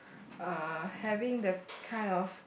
uh having that kind of